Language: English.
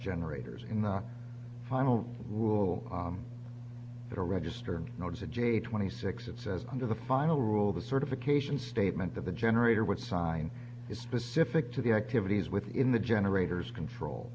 generators in the final will the register notes a j twenty six it says under the final rule the certification statement that the generator would sign is specific to the activities within the generators control